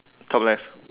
top left